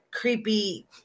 creepy